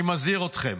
אני מזהיר אתכם,